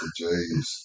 Jays